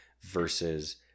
versus